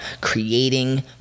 creating